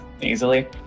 easily